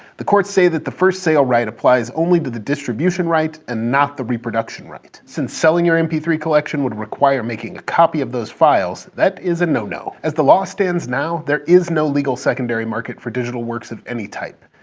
the courts say that the first sale right applies only to the distribution right and not the reproduction right. since selling your m p three collection would require making a copy of those files, that is a no-no. as the law stands now, there is no legal secondary market for digital works of any type.